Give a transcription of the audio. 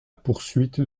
poursuite